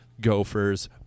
Gophers